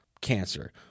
cancer